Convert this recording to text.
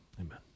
amen